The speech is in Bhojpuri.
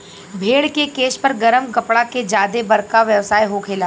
भेड़ के केश पर गरम कपड़ा के ज्यादे बरका व्यवसाय होखेला